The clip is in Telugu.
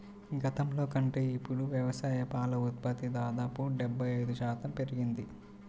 గతంలో కంటే ఇప్పుడు వ్యవసాయ పాల ఉత్పత్తి దాదాపు డెబ్బై ఐదు శాతం పెరిగింది